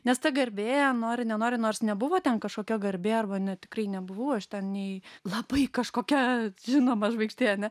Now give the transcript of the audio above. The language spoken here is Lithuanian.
nes ta garbė nori nenori nors nebuvo ten kažkokia garbė arba ne tikrai nebuvau aš ten nei labai kažkokia žinoma žvaigždė ane